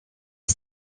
est